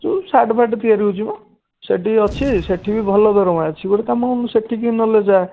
ଯେଉଁ ସାର୍ଟ୍ ଫାର୍ଟ୍ ତିଆରି ହେଉଛି ମ ସେଇଠି ଅଛି ସେଇଠି ବି ଭଲ ଦରମା ଗୋଟେ କାମ କରୁନୁ ସେଠିକୁ ନହେଲେ ଯାଆ